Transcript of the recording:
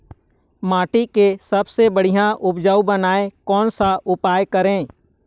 माटी के सबसे बढ़िया उपजाऊ बनाए कोन सा उपाय करें?